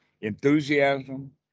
enthusiasm